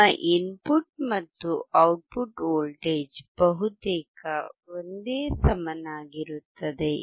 ನಿಮ್ಮ ಇನ್ಪುಟ್ ಮತ್ತು output voltage ಬಹುತೇಕ ಒಂದೇ ಸಮನಾಗಿರುತ್ತದೆ